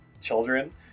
children